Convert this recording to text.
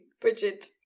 Bridget